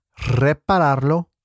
repararlo